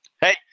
Hey